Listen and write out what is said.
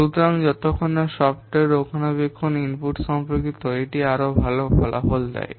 সুতরাং যতক্ষণ না সফ্টওয়্যার রক্ষণাবেক্ষণ ইনপুট সম্পর্কিত এটি আরও ভাল ফলাফল দেয়